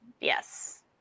yes